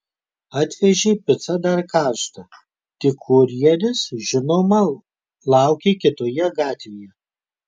atvežė picą dar karštą tik kurjeris žinoma laukė kitoje gatvėje